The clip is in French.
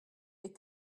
est